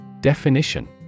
Definition